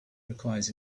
requires